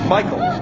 Michael